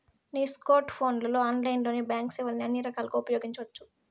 నీ స్కోర్ట్ ఫోన్లలో ఆన్లైన్లోనే బాంక్ సేవల్ని అన్ని రకాలుగా ఉపయోగించవచ్చు